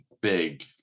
big